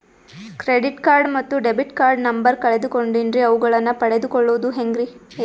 Credit card ಮತ್ತು debit card number ಕಳೆದುಕೊಂಡಿನ್ರಿ ಅವುಗಳನ್ನ ಪಡೆದು ಕೊಳ್ಳೋದು ಹೇಗ್ರಿ?